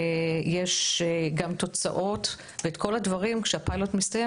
יש גם תוצאות ואת כל הדברים כשהפיילוט מסתיים,